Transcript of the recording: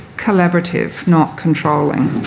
collaborative, not controlling.